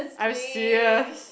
are you serious